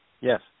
Yes